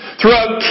throughout